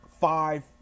five